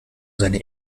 seine